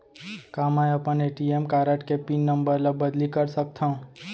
का मैं अपन ए.टी.एम कारड के पिन नम्बर ल बदली कर सकथव?